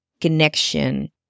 connection